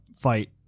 fight